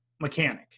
mechanic